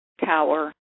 tower